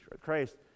Christ